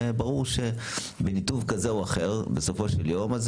וברור שבניתוב כזה או אחר בסופו של יום זה